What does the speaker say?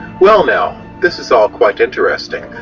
well now, this is all quite interesting,